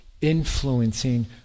influencing